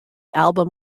album